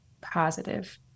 positive